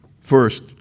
First